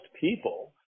people